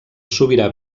sobirà